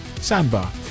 Sandbar